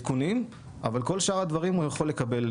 העדכונים, אבל את כל שאר הדברים הוא יכול לקבל.